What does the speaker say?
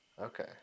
Okay